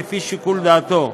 לפי שיקול דעתו,